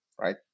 right